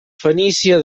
fenícia